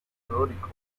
teórico